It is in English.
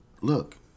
Look